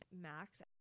max